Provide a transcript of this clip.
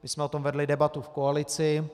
My jsme o tom vedli debatu v koalici.